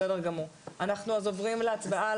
אנחנו עוברים להצבעה.